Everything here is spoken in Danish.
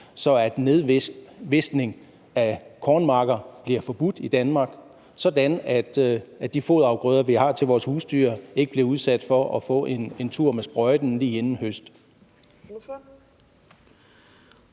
så nedvisning af kornmarker bliver forbudt i Danmark, sådan at de foderafgrøder, vi har til vores husdyr, ikke bliver udsat for at få en tur med sprøjten lige inden høst?